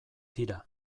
tira